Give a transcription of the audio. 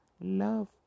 love